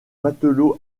matelots